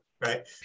right